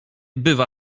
bywa